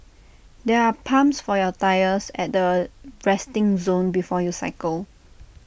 there are pumps for your tyres at the resting zone before you cycle